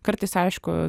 kartais aišku